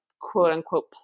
quote-unquote